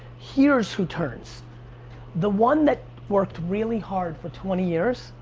here's who turns the one that worked really hard for twenty years,